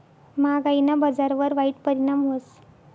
म्हागायीना बजारवर वाईट परिणाम व्हस